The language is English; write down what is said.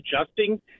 adjusting